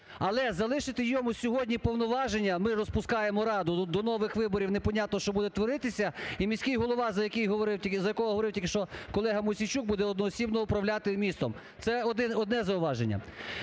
Але залишити йому сьогодні повноваження, ми розпускаємо раду, до нових вибрів не понятно, що буде творитися, і міський голова, за якого говорив тільки що колега Мосійчук, буде одноосібно управляти містом. Це одне зауваження.